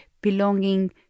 belonging